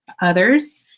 others